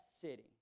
city